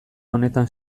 honetan